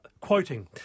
Quoting